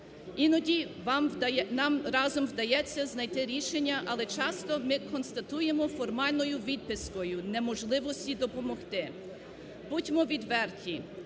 Іноді нам разом вдається знайти рішення. Але часто ми констатуємо формальною відпискою неможливості допомогти. Будьмо відверті.